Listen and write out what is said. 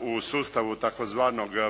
u sustavu tzv.